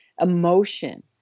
emotion